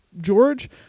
George